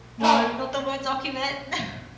no, not the word document,